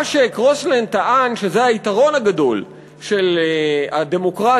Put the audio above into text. מה שקרוסלנד טען שזה היתרון הגדול של הדמוקרטיה,